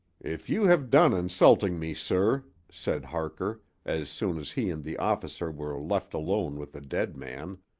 if you have done insulting me, sir, said harker, as soon as he and the officer were left alone with the dead man,